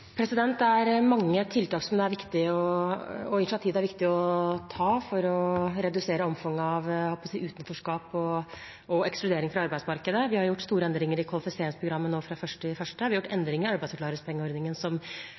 er vi enige. Det er mange tiltak og initiativ det er viktig å ta for å redusere omfanget av utenforskap og ekskludering fra arbeidsmarkedet. Vi har gjort store endringer i kvalifiseringsprogrammet fra 1. januar. Vi har